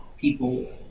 people